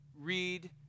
read